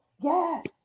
Yes